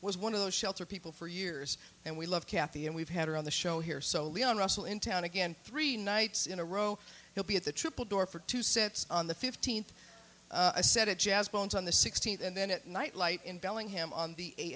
was one of those shelter people for years and we love kathy and we've had her on the show here so leon russell in town again three nights in a row he'll be at the triple door for two sets on the fifteenth a set of jazz bones on the sixteenth and then at night light in bellingham on the